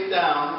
down